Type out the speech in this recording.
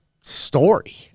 story